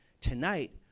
Tonight